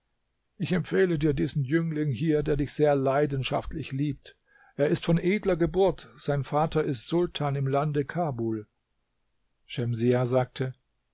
ich empfehle dir diesen jüngling hier der dich sehr leidenschaftlich liebt er ist von edler geburt sein vater ist sultan im lande kabul schemsiah sagte